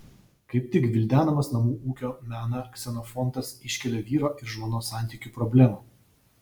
kaip tik gvildendamas namų ūkio meną ksenofontas iškelia vyro ir žmonos santykių problemą